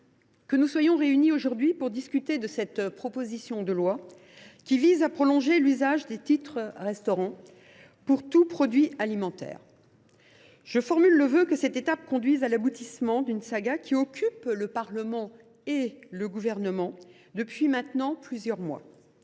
que nous soyons réunis aujourd’hui pour discuter de cette proposition de loi visant à prolonger l’usage des titres restaurant pour tout produit alimentaire. Je formule le vœu que cette étape conduise à l’aboutissement d’une saga qui occupe le Parlement et le Gouvernement depuis maintenant plusieurs mois